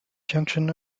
junction